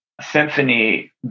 symphony